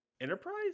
Enterprise